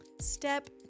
Step